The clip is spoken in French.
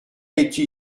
été